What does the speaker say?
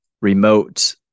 remote